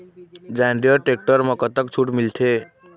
John Deere tractor म कतक छूट मिलथे?